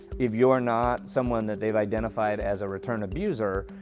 if you're not someone that they've identified as a return abuser,